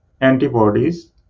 antibodies